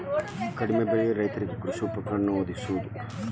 ಕಡಿಮೆ ಬೆಲೆಯಲ್ಲಿ ರೈತರಿಗೆ ಕೃಷಿ ಉಪಕರಣಗಳನ್ನು ವದಗಿಸುವದು